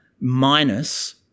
minus